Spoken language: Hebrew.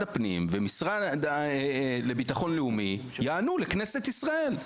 הפנים והמשרד לבטחון לאומי יענו לכנסת ישראל.